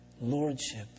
lordship